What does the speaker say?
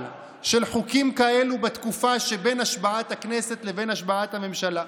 של חוקים כאלה בתקופה שבין השבעת הכנסת לבין השבעת הממשלה.